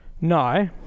No